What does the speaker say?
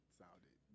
sounded